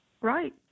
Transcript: Right